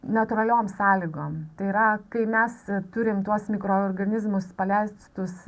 natūraliom sąlygom tai yra kai mes turim tuos mikroorganizmus paleitstus